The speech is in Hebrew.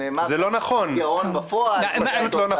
זה פשוט לא נכון.